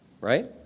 right